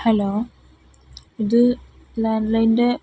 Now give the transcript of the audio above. hello ഇത് ലാൻഡ്ലൈൻ്റെ